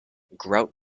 grout